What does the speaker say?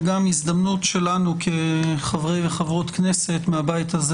וגם זאת הזדמנות שלנו כחברי וחברות כנסת מהבית הזה